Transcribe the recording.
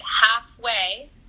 halfway